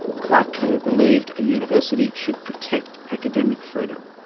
kerr ah kerr believed a university should protect academic freedom.